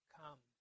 come